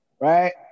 right